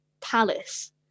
palace